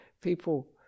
people